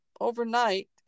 overnight